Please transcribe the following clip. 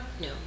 No